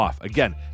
Again